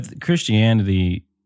Christianity